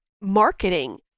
marketing